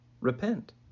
repent